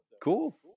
cool